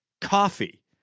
coffee